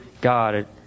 God